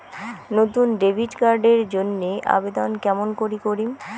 নতুন debit card এর জন্যে আবেদন কেমন করি করিম?